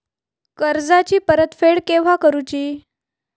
कर्जाची परत फेड केव्हा करुची?